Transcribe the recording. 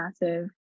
massive